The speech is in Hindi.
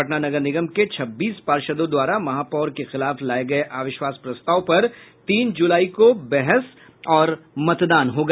पटना नगर निगम के छब्बीस पार्षदों द्वारा महापौर के खिलाफ लाये गये अविश्वास प्रस्ताव पर तीन जुलाई को बहस और मतदान होगा